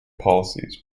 policies